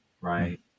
right